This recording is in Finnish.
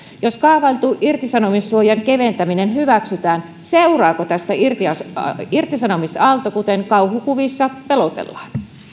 jos kaavailtu irtisanomissuojan keventäminen hyväksytään seuraako tästä irtisanomisaalto kuten kauhukuvissa pelotellaan